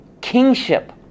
kingship